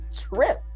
trip